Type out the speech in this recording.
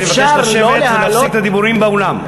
אני מבקש לשבת ולהפסיק את הדיבורים באולם.